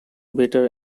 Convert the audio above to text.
better